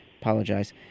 Apologize